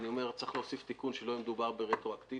אני אומר צריך להוסיף שלא יהיה מדובר ברטרואקטיבי